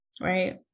Right